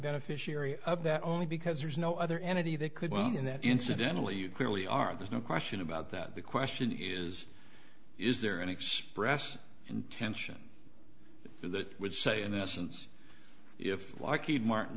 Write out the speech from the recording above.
beneficiary of that only because there's no other entity that could well in that incidentally you clearly are there's no question about that the question is is there any express intention that would say in essence if like ian martin